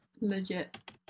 Legit